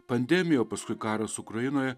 pandemija o paskui karas ukrainoje